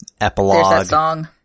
epilogue